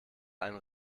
einen